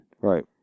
Right